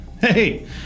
hey